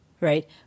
Right